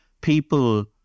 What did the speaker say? people